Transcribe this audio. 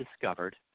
discovered